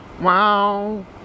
wow